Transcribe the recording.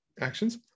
actions